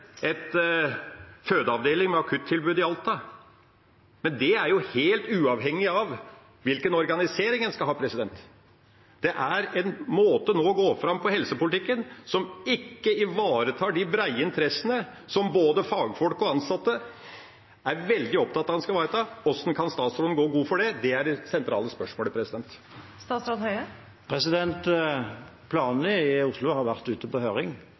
fødeavdeling med akuttilbud i Alta. Det er helt uavhengig av hvilken organisering en skal ha. Dette er en måte å gå fram på i helsepolitikken som ikke ivaretar de breie interessene som både fagfolk og ansatte er veldig opptatt av at en skal ivareta. Hvordan kan statsråden gå god for det? Det er det sentrale spørsmålet. Planene i Oslo har vært ute på høring.